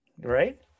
right